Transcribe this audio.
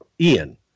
Ian